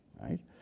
right